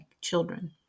children